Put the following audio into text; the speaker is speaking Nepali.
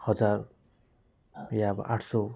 हजार या अब आठ सौ